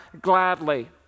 gladly